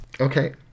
Okay